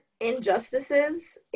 injustices